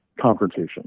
confrontation